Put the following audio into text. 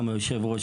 היושב-ראש,